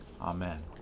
Amen